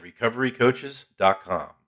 RecoveryCoaches.com